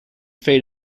fade